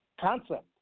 concept